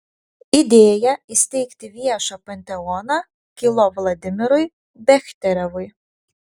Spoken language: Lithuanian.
idėja įsteigti viešą panteoną kilo vladimirui bechterevui